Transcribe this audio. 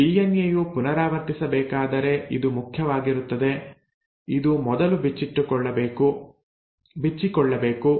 DNA ಯು ಪುನರಾವರ್ತಿಸಬೇಕಾದರೆ ಇದು ಮುಖ್ಯವಾಗಿರುತ್ತದೆ ಇದು ಮೊದಲು ಬಿಚ್ಚಿಕೊಳ್ಳಬೇಕು